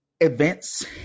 events